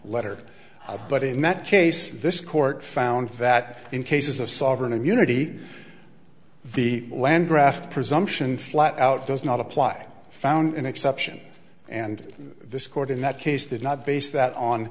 letter but in that case this court found that in cases of sovereign immunity the land graft presumption flat out does not apply found an exception and this court in that case did not base that on